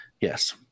yes